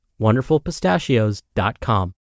WonderfulPistachios.com